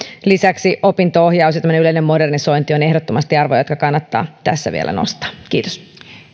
lisäksi opinto ohjaus ja tämmöinen yleinen modernisointi ovat ehdottomasti arvoja jotka kannattaa tässä vielä nostaa kiitos